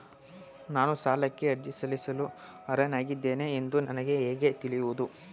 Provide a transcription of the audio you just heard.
ನಾನು ಸಾಲಕ್ಕೆ ಅರ್ಜಿ ಸಲ್ಲಿಸಲು ಅರ್ಹನಾಗಿದ್ದೇನೆ ಎಂದು ನನಗೆ ಹೇಗೆ ತಿಳಿಯುವುದು?